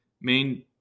main